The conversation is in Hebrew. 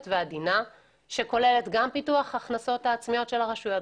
ועדינה שכוללת פיתוח הכנסות עצמיות של הרשות,